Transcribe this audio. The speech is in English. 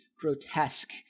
grotesque